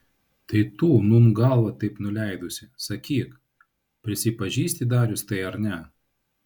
tai tu nūn galvą taip nuleidusi sakyk prisipažįsti darius tai ar ne